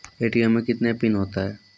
ATM मे कितने PIN होता हैं?